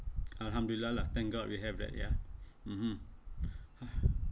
alhamdulillah lah thank god we have that ya (uh huh)